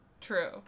True